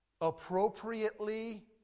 appropriately